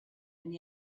and